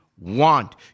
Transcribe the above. want